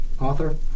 author